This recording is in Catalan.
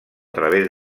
través